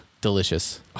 Delicious